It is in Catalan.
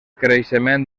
creixement